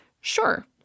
Sure